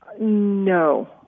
No